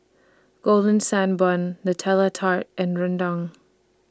Golden Sand Bun Nutella Tart and Rendang